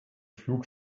flug